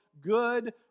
good